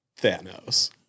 Thanos